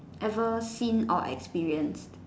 ever seen or experience